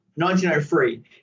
1903